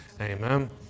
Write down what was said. Amen